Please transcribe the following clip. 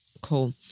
Cool